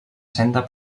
senda